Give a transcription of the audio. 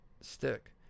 stick